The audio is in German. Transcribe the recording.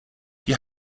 die